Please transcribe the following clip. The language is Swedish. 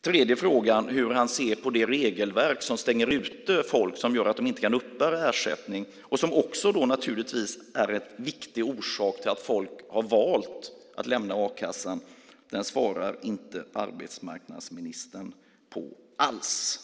Den tredje frågan gäller hur ministern ser på det regelverk som stänger ute folk, som gör att de inte kan uppbära ersättning och som också är en viktig orsak till att folk har valt att lämna a-kassan. Den svarar inte arbetsmarknadsministern på alls.